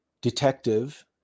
detective